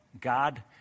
God